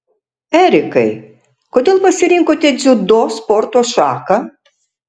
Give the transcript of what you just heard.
erikai kodėl pasirinkote dziudo sporto šaką